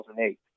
2008